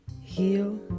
heal